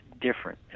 different